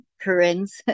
Corinne's